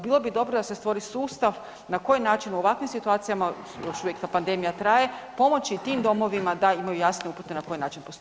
Bilo bi dobro da se stvori sustav na koji način u ovakvim situacijama, još uvijek ta pandemija traje, pomoći tim domovima da imaju jasnije upute na koji način postupati.